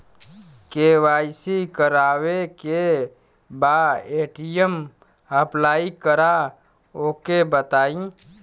KYC करावे के बा ए.टी.एम अप्लाई करा ओके बताई?